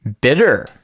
Bitter